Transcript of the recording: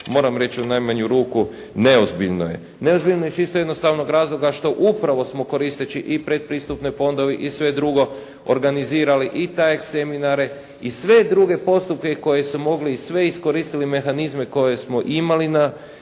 moram reći u najmanju ruku neozbiljno je. Neozbiljno je iz čisto jednostavnog razloga što upravo smo koristeći i pretpristupne fondove i sve drugo organizirali i … seminare i sve druge postupke koje su mogli i sve iskoristili mehanizme koje smo imali da